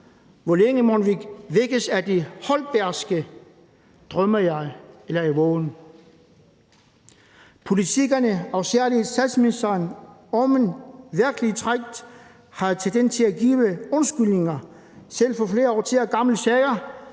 Hvornår mon vi vækkes af det Holbergske »drømmer jeg, eller er jeg vågen?«? Politikerne og særlig statsministeren, om end virkeligt trægt, har tendens til at give undskyldninger, selv for flere årtier gamle sager,